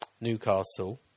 Newcastle